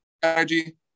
strategy